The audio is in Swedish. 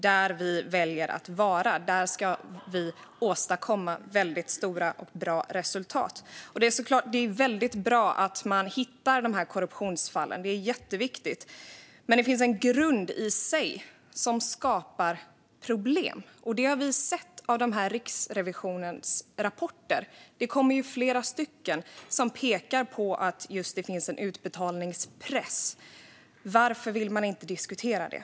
Där vi väljer att vara, där ska vi åstadkomma väldigt stora och bra resultat. Det är väldigt bra att dessa korruptionsfall hittas. Det är jätteviktigt. Men det finns en grund i sig som skapar problem. Det har vi sett i Riksrevisionens rapporter. I flera rapporter pekas det på att det finns en utbetalningspress. Varför vill man inte diskutera det?